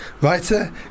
Writer